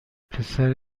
پسر